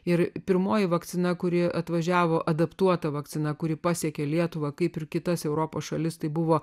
ir pirmoji vakcina kuri atvažiavo adaptuota vakcina kuri pasiekė lietuvą kaip ir kitas europos šalis tai buvo